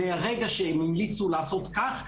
מרגע שהם המליצו לעשות כך,